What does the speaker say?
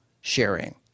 sharing